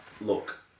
Look